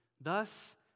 Thus